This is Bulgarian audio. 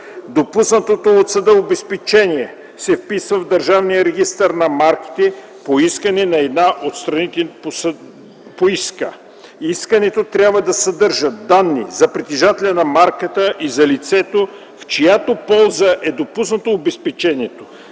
Допуснатото от съда обезпечение се вписва в Държавния регистър на марките по искане на една от страните по иска. Искането трябва да съдържа данни за притежателя на марката и за лицето, в чиято полза е допуснато обезпечението,